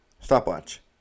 stopwatch